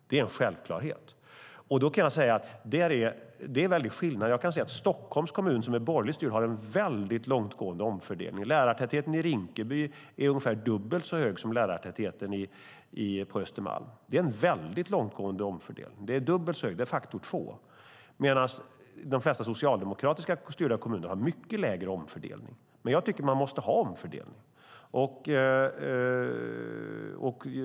Det är en självklarhet. Då kan jag säga att det är en väldig skillnad. Jag kan se att Stockholms kommun, som är borgerligt styrd, har en väldigt långtgående omfördelning. Lärartätheten i Rinkeby är ungefär dubbelt så hög som lärartätheten på Östermalm. Det är en väldigt långtgående omfördelning - det är faktor 2 - medan de flesta socialdemokratiskt styrda kommuner har mycket lägre omfördelning. Jag tycker att man måste ha omfördelning.